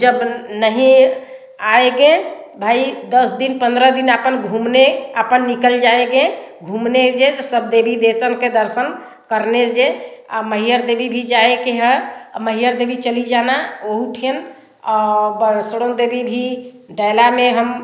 जब नहीं आएँगे भाई दस दिन पंद्रह दिन अपन घूमने अपन निकल जाएँगे घूमने यह सब देवी देवता के दर्शन करने जे मईहर देवी भी जा कर ह मईहर देवी चली जाना वहाँ ठीयन बरसुरण देवी भी डैला में हम